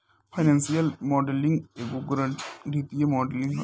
financial modelling एगो गणितीय model ह